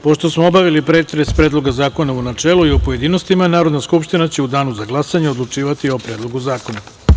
Pošto smo obavili pretres Predloga zakona u načelu i u pojedinostima, Narodna skupština će u danu za glasanje odlučivati o Predlogu zakona.